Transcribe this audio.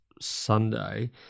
Sunday